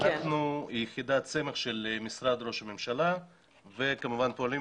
אנחנו יחידת סמך של משרד ראש הממשלה וכמובן פועלים